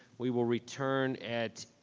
we will return at,